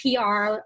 PR